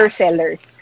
sellers